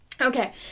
Okay